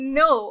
no